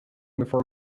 before